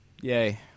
Yay